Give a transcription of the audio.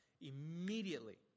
immediately